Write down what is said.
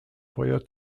feuer